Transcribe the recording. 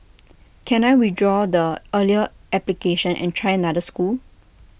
can I withdraw the earlier application and try another school